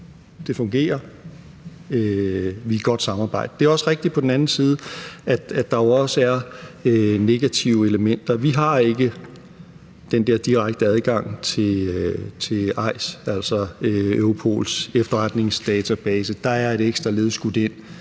Det fungerer – vi har et godt samarbejde. Det er på den anden side også rigtigt, at der også er negative elementer. Vi har ikke den der direkte adgang til EIS, altså Europols efterretningsdatabase – der er et ekstra led skudt ind.